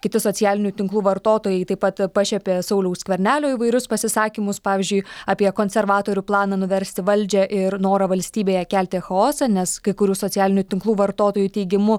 kiti socialinių tinklų vartotojai taip pat pašiepė sauliaus skvernelio įvairius pasisakymus pavyzdžiui apie konservatorių planą nuversti valdžią ir norą valstybėje kelti chaosą nes kai kurių socialinių tinklų vartotojų teigimu